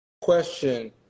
question